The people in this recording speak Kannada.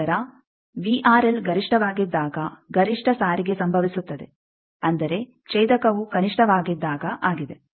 ನಂತರ ಗರಿಷ್ಟವಾಗಿದ್ದಾಗ ಗರಿಷ್ಠ ಸಾರಿಗೆ ಸಂಭವಿಸುತ್ತದೆ ಅಂದರೆ ಛೇದವು ಕನಿಷ್ಟವಾಗಿದ್ದಾಗ ಆಗಿದೆ